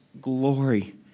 glory